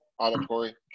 auditory